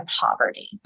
poverty